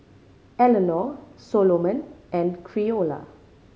Elinor Soloman and Creola